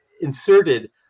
inserted